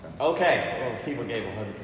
Okay